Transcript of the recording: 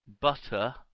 butter